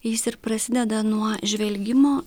jis ir prasideda nuo žvelgimo